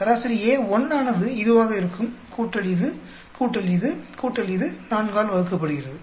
சராசரி A1 ஆனது இதுவாக இருக்கும் கூட்டல் இது கூட்டல் இது கூட்டல் இது 4 ஆல் வகுக்கப்படுகிறது